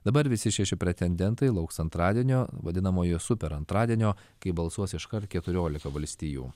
dabar visi šeši pretendentai lauks antradienio vadinamojo super antradienio kai balsuos iškart keturiolika valstijų